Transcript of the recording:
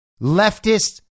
leftist